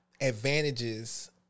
Advantages